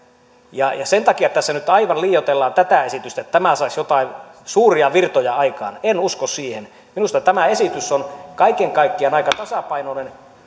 sen takia tässä nyt aivan liioitellaan tätä esitystä että tämä saisi joitain suuria virtoja aikaan en usko siihen minusta tämä esitys on kaiken kaikkiaan aika tasapainoinen